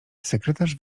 sekretarz